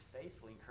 faithfully